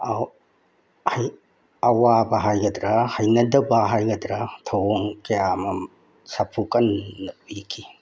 ꯑꯋꯥꯕ ꯍꯥꯏꯒꯗ꯭ꯔꯥ ꯍꯩꯅꯗꯕ ꯍꯥꯏꯒꯗ꯭ꯔꯥ ꯊꯧꯑꯣꯡ ꯀꯌꯥ ꯑꯃ ꯁꯥꯐꯨ ꯀꯟꯅ ꯄꯤꯈꯤ